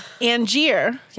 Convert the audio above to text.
Angier